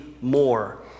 more